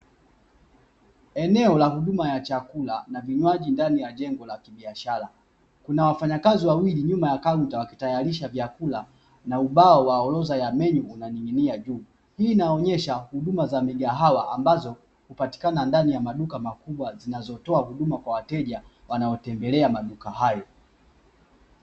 Eneo la huduma ya chakula na vinywaji ndani ya jengo la kibiashara. Kuna wafanyakazi wawili nyuma ya kaunta wakitayarisha vyakula na ubao wa orodha ya menyu unaning’inia juu. Hii inaonyesha huduma za migahawa ambazo hupatikana ndani ya maduka makubwa zinazotoa huduma kwa wateja wanaotembelea maduka hayo.